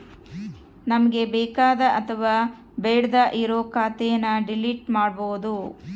ನಮ್ಗೆ ಬೇಕಾದ ಅಥವಾ ಬೇಡ್ಡೆ ಇರೋ ಖಾತೆನ ಡಿಲೀಟ್ ಮಾಡ್ಬೋದು